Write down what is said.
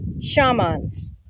shamans